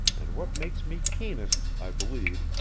and what makes me keenest, i believe,